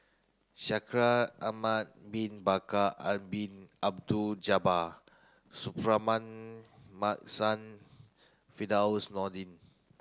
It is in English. Shaikh Ahmad bin Bakar Bin Abdullah Jabbar Suratman Markasan Firdaus Nordin